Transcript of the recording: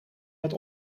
het